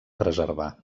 preservar